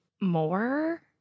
more